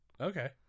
Okay